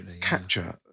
capture